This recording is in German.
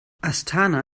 astana